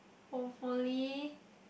hopefully